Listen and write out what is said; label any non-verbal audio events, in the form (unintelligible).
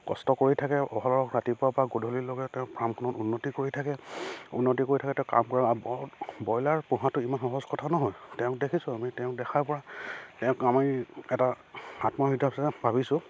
কষ্ট কৰি থাকে অহৰহ ৰাতিপুৱাৰপৰা গধূলিৰ লগে লগে তেওঁ ফাৰ্মখনত উন্নতি কৰি থাকে উন্নতি কৰি থাকে তেওঁ কাম কৰে ব্ৰইলাৰ পোহাটো ইমান সহজ কথা নহয় তেওঁক দেখিছোঁ আমি তেওঁক দেখাৰপৰা তেওঁক আমি এটা (unintelligible) ভাবিছোঁ